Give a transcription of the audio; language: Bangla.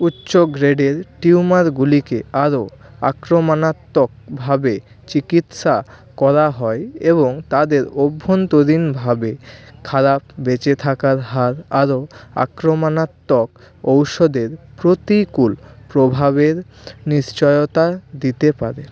উচ্চ গ্রেডের টিউমারগুলিকে আরও আক্রমণাত্মকভাবে চিকিৎসা করা হয় এবং তাদের অভ্যন্তরীণভাবে খারাপ বেঁচে থাকার হার আরও আক্রমণাত্মক ঔষধের প্রতিকূল প্রভাবের নিশ্চয়তা দিতে পারে